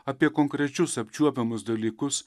apie konkrečius apčiuopiamus dalykus